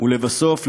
ולבסוף,